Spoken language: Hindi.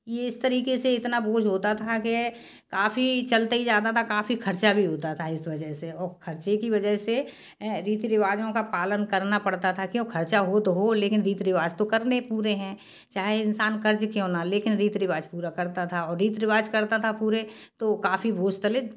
ये इस तरीक़े से इतना बोझ होता था कि काफ़ी चलते ही जाता था काफ़ी ख़र्च भी होता था इस वजह से और ख़र्चे की वजह से रीति रिवाजों का पालन करना पड़ता था क्यों ख़र्चा हो तो हो लेकिन रीति रिवाज को करने पूरे हैं चाहे इंसान कर्ज़ क्यों ना ले लेकिन रीति रिवाज पूरा करता था और रीति रिवाज करता था पूरे तो काफ़ी बोझ तले